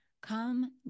Come